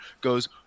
goes